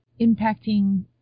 impacting